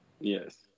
Yes